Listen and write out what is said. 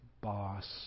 boss